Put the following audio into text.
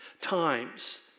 times